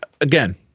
again